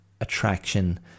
attraction